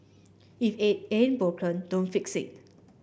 if it ain't broken don't fix it